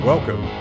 Welcome